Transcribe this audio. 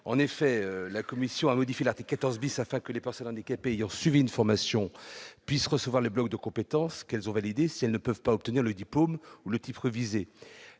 des affaires sociales de modifier l'article 14 afin que les personnes handicapées ayant suivi une formation puissent recevoir les blocs de compétences qu'elles ont validés si elles ne peuvent pas obtenir le diplôme ou le titre visé.